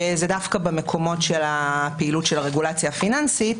דווקא במקומות של הפעילות של הרגולציה הפיננסית,